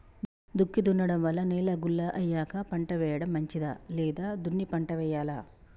దుక్కి దున్నడం వల్ల నేల గుల్ల అయ్యాక పంట వేయడం మంచిదా లేదా దున్ని పంట వెయ్యాలా?